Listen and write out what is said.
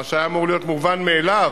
מה שהיה אמור להיות מובן מאליו,